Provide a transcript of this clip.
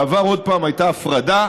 בעבר, עוד פעם, הייתה הפרדה: